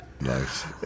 Nice